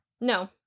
No